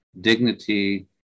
dignity